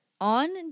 On